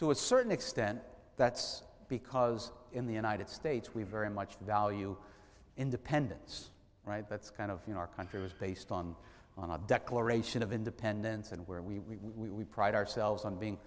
to a certain extent that's because in the united states we very much value independence that's kind of you know our country is based on on a declaration of independence and where we pride ourselves on being